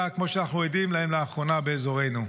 כמו שאנחנו עדים לכך לאחרונה באזורנו.